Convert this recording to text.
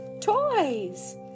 Toys